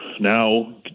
now